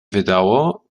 wydało